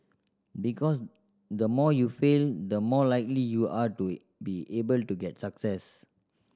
because the more you fail the more likely you are to be able to get success